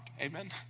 Amen